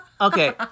okay